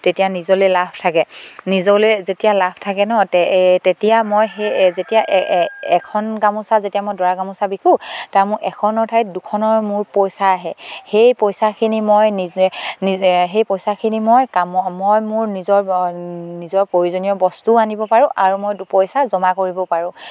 তেতিয়া নিজলে লাভ থাকে নিজলে যেতিয়া লাভ থাকে ন তেতিয়া মই সেই যেতিয়া এখন গামোচা যেতিয়া মই দৰা গামোচা বিকোঁ তাৰ মোৰ এখনৰ ঠাইত দুখনৰ মোৰ পইচা আহে সেই পইচাখিনি মই নিজে নিজে সেই পইচাখিনি মই কাম মই মোৰ নিজৰ নিজৰ প্ৰয়োজনীয় বস্তুও আনিব পাৰোঁ আৰু মই দুপইচা জমা কৰিব পাৰোঁ